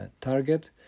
target